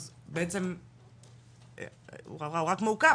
אז בעצם הוא רק מעוכב,